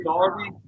Darby